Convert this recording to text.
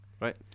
right